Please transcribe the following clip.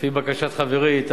לפי בקשת חברי חנא סוייד,